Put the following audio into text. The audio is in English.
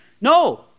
no